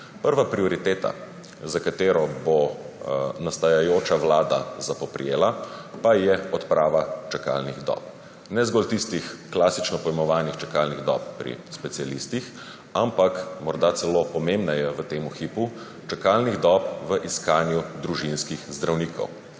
Prva prioriteta, za katero bo nastajajoča vlada poprijela, pa je odprava čakalnih dob. Ne zgolj tistih klasično pojmovanih čakalnih dob pri specialistih, ampak – morda celo pomembnejše v tem hipu – čakalnih dob v iskanju družinskih zdravnikov.